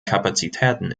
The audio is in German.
kapazitäten